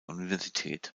universität